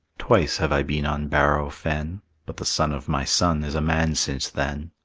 twice have i been on bareau fen but the son of my son is a man since then.